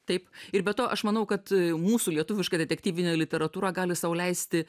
taip ir be to aš manau kad e mūsų lietuviška detektyvinė literatūra gali sau leisti